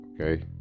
okay